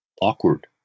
awkward